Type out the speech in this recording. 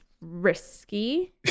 risky